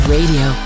Radio